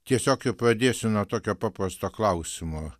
tiesiog ir pradėsiu nuo tokio paprasto klausimo